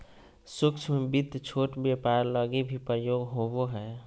सूक्ष्म वित्त छोट व्यापार लगी भी प्रयोग होवो हय